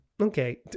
okay